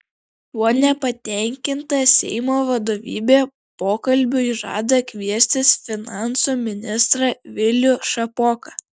tuo nepatenkinta seimo vadovybė pokalbiui žada kviestis finansų ministrą vilių šapoką